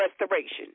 restoration